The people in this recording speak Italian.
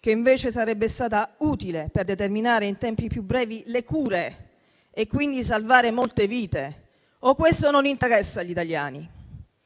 che invece sarebbe stata utile per determinare le cure in tempi più brevi e quindi salvare molte vite. Questo non interessa agli italiani?